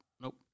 Nope